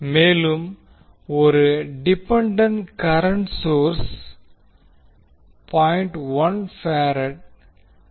மேலும் ஒரு dependent current source 0